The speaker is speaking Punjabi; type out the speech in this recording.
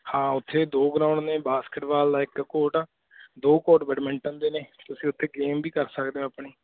ਹਾਂ ਉੱਥੇ ਦੋ ਗਰਾਊਂਡ ਨੇ ਬਾਸਕਿਟਬਾਲ ਦਾ ਇੱਕ ਕੋਟ ਆ ਦੋ ਕੋਟ ਬੈਡਮਿੰਟਨ ਦੇ ਨੇ ਤੁਸੀਂ ਉੱਥੇ ਗੇਮ ਵੀ ਕਰ ਸਕਦੇ ਹੋ ਆਪਣੀ